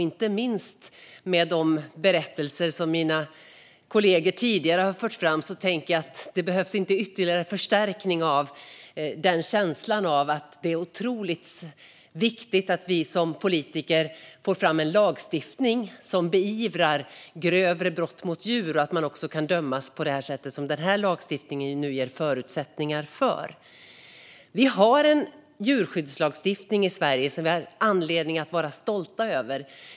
Inte minst med tanke på de berättelser som mina kollegor tidigare har fört fram tänker jag att det inte behövs ytterligare förstärkning av känslan av att det är otroligt viktigt att vi som politiker får fram en lagstiftning som beivrar grövre brott mot djur och att man också kan dömas på det sätt som den här lagstiftningen nu ger förutsättningar för. Vi har en djurskyddslagstiftning i Sverige som vi har anledning att vara stolta över.